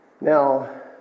Now